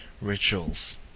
rituals